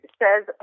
says